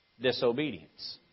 disobedience